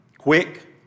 quick